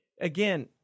again